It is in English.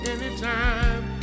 Anytime